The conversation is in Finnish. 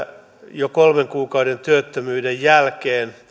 jo kolmen kuukauden työttömyyden jälkeen